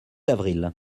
avril